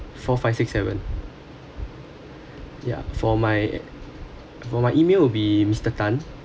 four five six seven ya for my for my email will be mister tan